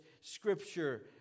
Scripture